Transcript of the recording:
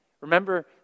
Remember